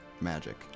magic